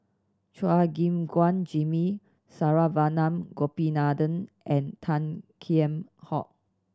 Chua Gim Guan Jimmy Saravanan Gopinathan and Tan Kheam Hock